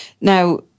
Now